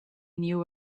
new